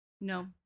no